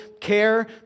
care